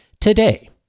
today